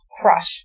Crush